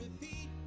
repeat